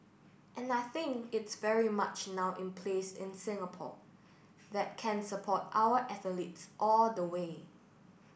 and I think it's very much now in place in Singapore that can support our athletes all the way